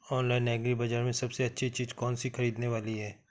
Online agri बाजार में सबसे अच्छी चीज कौन सी ख़रीदने वाली है?